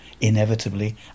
inevitably